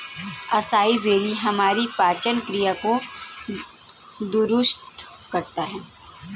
acai berry हमारी पाचन क्रिया को दुरुस्त करता है